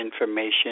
information